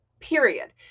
period